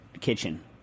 kitchen